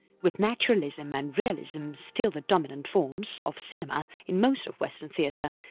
with naturalism and realism still the dominant forms of cinema in most of western theatre,